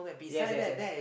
yes yes yes